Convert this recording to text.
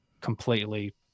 completely